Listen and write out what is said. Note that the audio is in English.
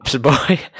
boy